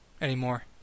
anymore